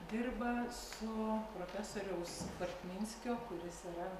dirba su profesoriaus bartminskio kuris yra